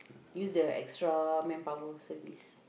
use the extra manpower service